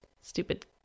stupid